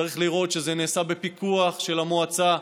צריך לראות שזה נעשה בפיקוח של המועצה,